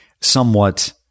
somewhat